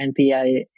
NPI